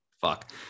fuck